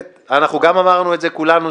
אמרנו את זה כולנו,